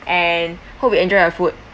and hope you enjoy your food